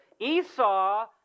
Esau